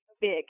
big